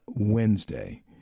Wednesday